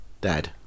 dad